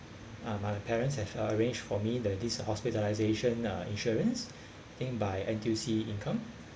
um my parents have arranged for me the this hospitalisation uh insurance think by N_T_U_C income